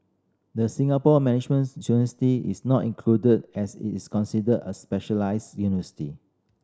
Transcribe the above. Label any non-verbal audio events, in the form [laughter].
the Singapore Managements [unintelligible] is not included as it is considered a specialised university